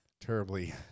terribly